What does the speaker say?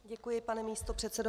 Děkuji, pane místopředsedo.